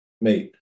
mate